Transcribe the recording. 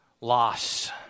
loss